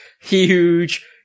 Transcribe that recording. huge